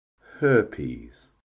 herpes